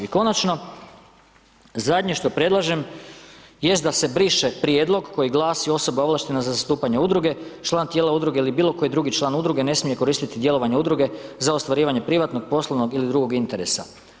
I konačno, zadnje što predlažem jest da se briše Prijedlog koji glasi: Osoba ovlaštena za zastupanje Udruge, član tijela Udruge ili bilo koji drugi član Udruge, ne smije koristiti djelovanje Udruge za ostvarivanje privatnog, poslovnog ili drugog interesa.